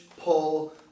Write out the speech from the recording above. pull